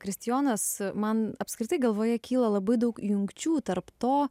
kristijonas man apskritai galvoje kyla labai daug jungčių tarp to